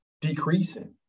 decreasing